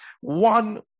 one